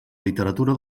literatura